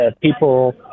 people